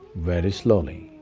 very slowly,